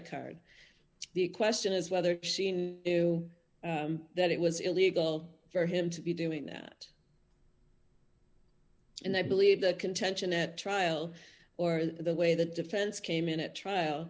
card the question is whether she knew that it was illegal for him to be doing that and i believe the contention at trial or the way the defense came in at trial